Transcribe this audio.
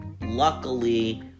luckily